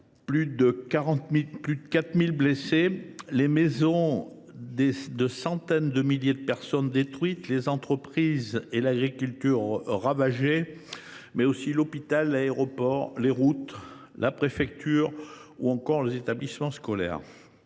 plus de 4 000 blessés. Les maisons de centaines de milliers de personnes ont été détruites, les entreprises et l’agriculture ravagées, l’hôpital, l’aéroport, les routes, la préfecture ou encore les établissements scolaires